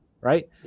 right